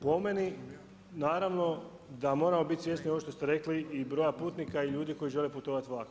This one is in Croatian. Po meni naravno da moramo biti svjesni ovo što ste rekli i broja putnika i ljudi koji žele putovati vlakom.